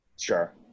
Sure